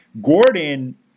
Gordon –